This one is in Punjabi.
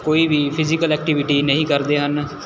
ਕੋਈ ਵੀ ਫਿਜ਼ੀਕਲ ਐਕਟੀਵਿਟੀ ਨਹੀਂ ਕਰਦੇ ਹਨ